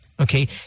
Okay